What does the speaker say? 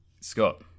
Scott